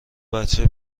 بچه